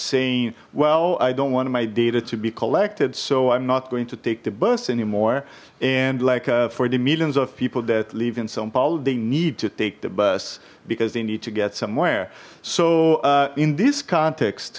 saying well i don't want my data to be collected so i'm not going to take the bus anymore and like for the millions of people that live in some powell they need to take the bus because they need to get somewhere so in this context